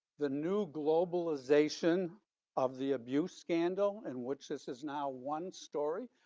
the new globalization of the abuse scandal, and which this is now one story.